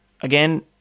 again